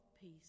peace